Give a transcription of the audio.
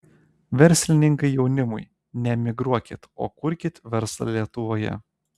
verslininkai jaunimui neemigruokit o kurkit verslą lietuvoje